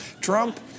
Trump